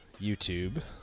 YouTube